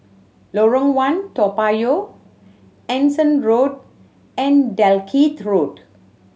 Lorong One Toa Payoh Anson Road and Dalkeith Road